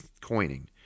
coining